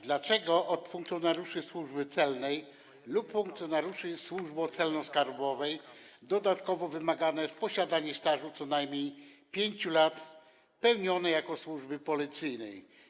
Dlaczego od funkcjonariuszy Służby Celnej lub funkcjonariuszy Służby Celno-Skarbowej dodatkowo wymagane jest posiadanie stażu, co najmniej 5 lat pełnienia służby policyjnej?